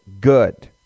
good